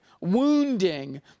wounding